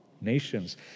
nations